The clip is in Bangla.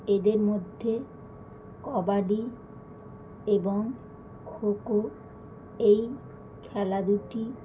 এদের মধ্যে কবাডি এবং খোখো এই খেলা দুটি